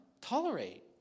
tolerate